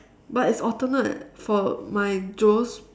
but it's alternate for my Joe's